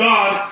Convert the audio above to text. God